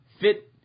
fit